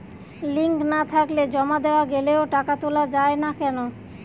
Link না থাকলে জমা দেওয়া গেলেও টাকা তোলা য়ায় না কেন?